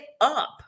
up